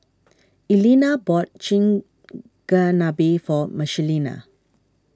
Elena bought Chigenabe for Michelina